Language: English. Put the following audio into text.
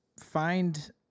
find